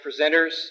presenters